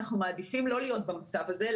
אנחנו מעדיפים לא להיות במצב הזה,